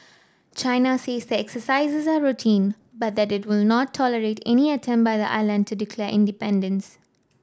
China says the exercises are routine but that it will not tolerate any attempt by the island to declare independence